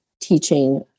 teaching